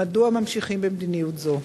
מדוע ממשיכים במדיניות זו?